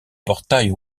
portail